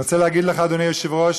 אני רוצה להגיד לך, אדוני היושב-ראש,